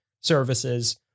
services